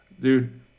dude